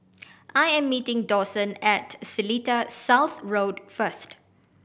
I am meeting Dawson at Seletar South Road first